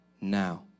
now